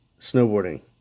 snowboarding